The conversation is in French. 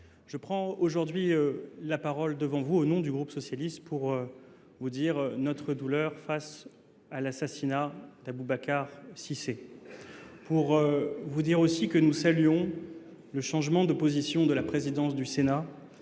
je prends aujourd'hui la parole devant vous au nom du groupe socialiste pour vous dire notre douleur face à l'assassinat d'Aboubacar Sissé. pour vous dire aussi que nous saluons le changement de position de la présidence du Sénat,